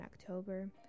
October